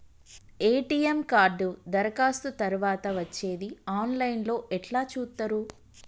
ATM card దరఖాస్తు తరువాత వచ్చేది ఆన్ లైన్ లో ఎట్ల చూత్తరు?